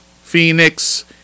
Phoenix